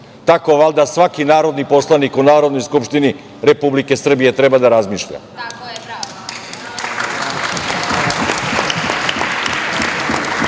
Tako valjda svaki narodni poslanik u Narodnoj skupštini Republike Srbije treba da razmišlja. Gospođo